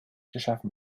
geschaffen